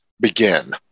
begin